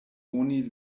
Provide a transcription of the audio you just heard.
oni